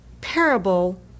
parable